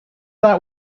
that